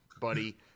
buddy